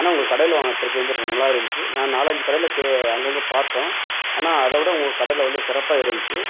அண்ணா உங்கள் கடையில் வாங்கின ஃபிரிட்ஜ் வந்து நல்லா இருந்துச்சு நா நாலஞ்சு கடையில் சே அங்கங்கே பார்த்தோம் ஆனால் அதைவிட உங்கள் கடையில் வந்து சிறப்பாக இருந்துச்சு